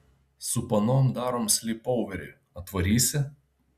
su panom darom slypoverį atvarysi